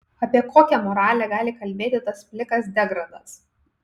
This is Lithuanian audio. apie kokią moralę gali kalbėti tas plikas degradas